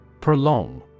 Prolong